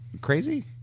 crazy